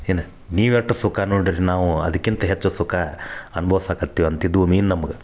ಏನು ನೀವು ಎಟ್ ಸುಖ ನೋಡಿರ ನಾವು ಅದಕ್ಕಿಂತ ಹೆಚ್ಚು ಸುಖ ಅನ್ಬೋಸಾಕತ್ತೀವಿ ಅಂತಿದ್ವು ಮೀನು ನಮಗೆ